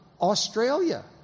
Australia